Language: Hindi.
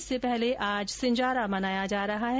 इससे पहले आज सिंजारा मनाया जा रहा है